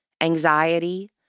anxiety